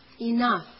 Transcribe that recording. Enough